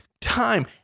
time